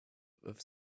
with